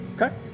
Okay